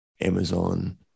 Amazon